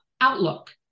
outlook